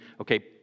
Okay